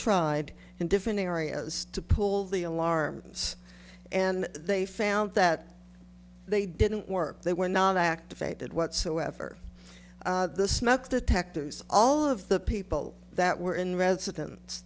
tried in different areas to pool the alarms and they found that they didn't work they were not activated whatsoever the smoke detectors all of the people that were in residen